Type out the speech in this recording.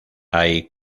hay